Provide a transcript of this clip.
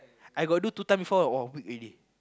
I got do two time before !wah! weak already